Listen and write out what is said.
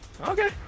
Okay